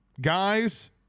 Guys